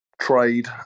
trade